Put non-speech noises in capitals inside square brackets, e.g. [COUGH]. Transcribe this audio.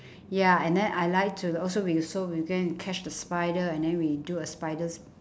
[BREATH] ya and then I like to also we'll so we go and catch the spider and then we do a spider's